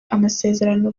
amasezerano